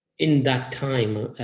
in that time,